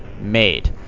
made